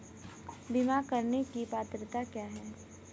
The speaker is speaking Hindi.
बीमा करने की पात्रता क्या है?